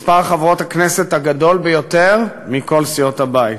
מספר חברות הכנסת הגדול ביותר בכל סיעות הבית.